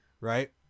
right